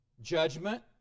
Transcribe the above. Judgment